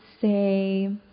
say